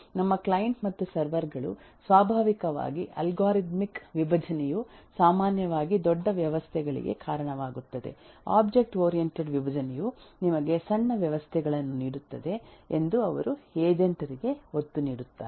ನಮ್ಮ ಕ್ಲೈಂಟ್ ಮತ್ತು ಸರ್ವರ್ ಗಳು ಸ್ವಾಭಾವಿಕವಾಗಿ ಅಲ್ಗಾರಿದಮಿಕ್ ವಿಭಜನೆಯು ಸಾಮಾನ್ಯವಾಗಿ ದೊಡ್ಡ ವ್ಯವಸ್ಥೆಗಳಿಗೆ ಕಾರಣವಾಗುತ್ತದೆ ಒಬ್ಜೆಕ್ಟ್ ಓರಿಯಂಟೆಡ್ ವಿಭಜನೆಯು ನಿಮಗೆ ಸಣ್ಣ ವ್ಯವಸ್ಥೆಗಳನ್ನು ನೀಡುತ್ತದೆ ಎಂದು ಅವರು ಏಜೆಂಟ್ ರಿಗೆ ಒತ್ತು ನೀಡುತ್ತಾರೆ